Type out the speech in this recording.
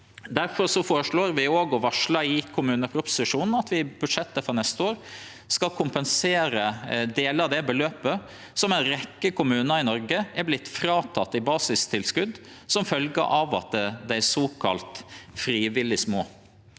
Difor føreslår vi – og varsla i kommuneproposisjonen – at vi i budsjettet for neste år skal kompensere delar av det beløpet som ei rekkje kommunar i Noreg har vorte fråtekne i basistilskotet som følgje av at dei er såkalla frivillig små.